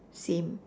same